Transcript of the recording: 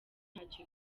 ntacyo